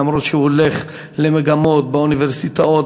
אף שהוא הולך למגמות באוניברסיטאות,